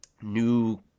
new